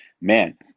man